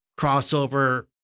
crossover